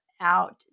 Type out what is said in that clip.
out